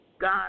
God